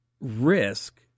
risk